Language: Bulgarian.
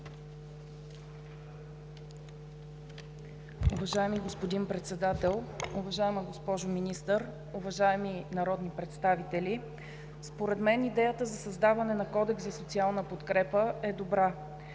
Уважаеми господин Председател, уважаема госпожо Министър, уважаеми народни представители! Според мен идеята за създаване на Кодекс за социална подкрепа е добра.